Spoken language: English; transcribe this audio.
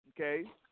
okay